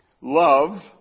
love